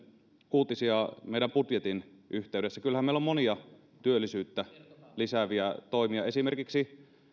uutisia meidän budjettimme yhteydessä kyllähän meillä on monia työllisyyttä lisääviä toimia esimerkiksi